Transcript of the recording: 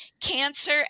cancer